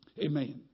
Amen